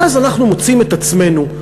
ואז אנחנו מוצאים את עצמנו,